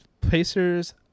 Pacers